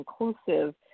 inclusive